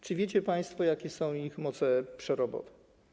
Czy wiecie państwo, jakie są ich moce przerobowe?